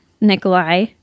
Nikolai